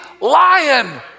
lion